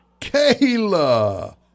Kayla